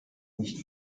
nicht